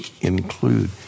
include